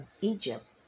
Egypt